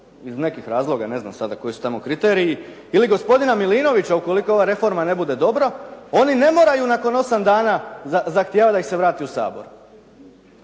iz nekih razloga, ne znam sada koji su tamo kriteriji, ili gospodina Milinovića ukoliko ova reforma ne bude dobra, oni ne moraju nakon 8 dana zahtijevati da ih se vrati Sabor.